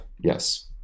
Yes